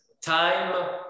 time